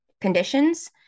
conditions